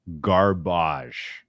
garbage